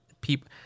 people